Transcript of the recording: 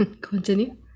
continue